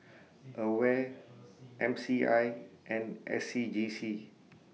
AWARE M C I and S C G C